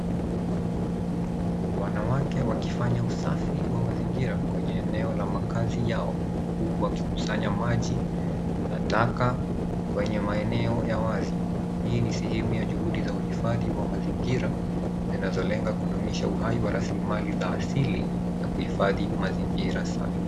Wanawake wakifanya usafi wa mazingira kwenye eneo ya makaazi yao huku wakikusanya maji na taka kwenye maeneo ya wazi. Hii ni sehemu ya juhudi za uhifadhi wa mazingira zinazolenga kudumisha uhai wa rasilimali za asili na kuhifadhi mazingira safi.